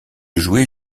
jouer